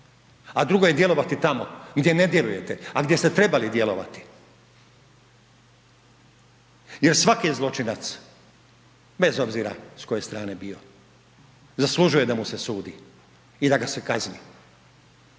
a drugo je djelovati tamo, gdje ne djelujete, a gdje ste trebali djelovati jer svaki je zločinac, bez obzira s koje strane bio zaslužuje da mu se sudi i da ga se kazni